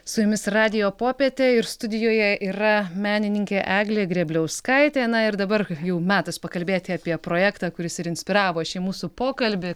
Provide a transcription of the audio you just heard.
su jumis radijo popietė ir studijoje yra menininkė eglė grėbliauskaitė na ir dabar jau metas pakalbėti apie projektą kuris ir inspiravo šį mūsų pokalbį